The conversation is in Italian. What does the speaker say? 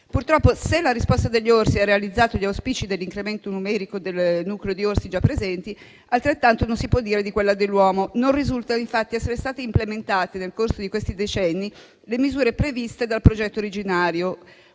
Purtroppo, se la risposta degli orsi ha realizzato gli auspici dell'incremento numerico del nucleo di orsi già presenti, altrettanto non si può dire di quella dell'uomo. Non risultano infatti essere state implementate nel corso di questi decenni le misure previste dal progetto originario: